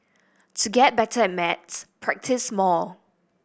to get better at maths practise more